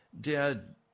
Dad